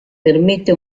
permette